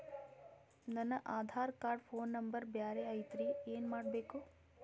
ನನ Aadhaar card phone number ಬ್ಯಾರೆ ಐತ್ರಿ ಏನ ಮಾಡಬೇಕು?